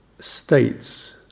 states